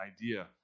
idea